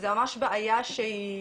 זה ממש בעיה שהיא